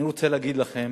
אני רוצה להגיד לכם